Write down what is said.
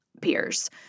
peers